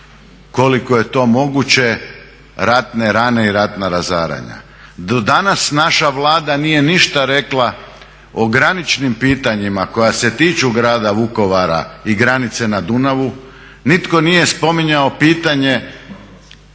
koliko je to moguće ratne rane i ratna razaranja. Do danas naša Vlada nije ništa rekla o graničnim pitanjima koja se tiču Grada Vukovara i granice na Dunavu, nitko nije spominjao pitanje